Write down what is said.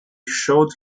showed